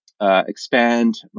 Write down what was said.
Expand